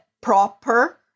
proper